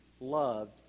loved